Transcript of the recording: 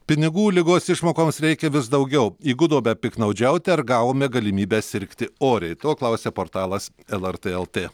pinigų ligos išmokoms reikia vis daugiau įgudome piktnaudžiauti ar gavome galimybę sirgti oriai to klausia portalas lrt lt